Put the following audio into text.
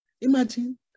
Imagine